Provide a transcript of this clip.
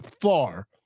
far